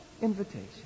invitation